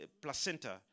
placenta